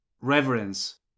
reverence